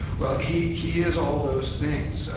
well he he is all those things.